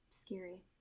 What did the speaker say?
scary